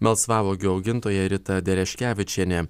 melsvauogių augintoja rita dereškevičienė